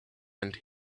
and